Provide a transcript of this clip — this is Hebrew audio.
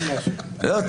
--- לא,